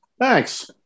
Thanks